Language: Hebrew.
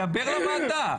דבר עם הוועדה.